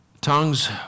Tongues